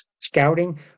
scouting